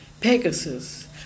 Pegasus